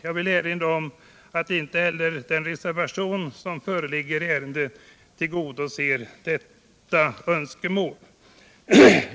Jag vill erinra om att inte heller den reservation som föreligger i ärendet tillgodoser detta önskemål.